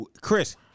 Chris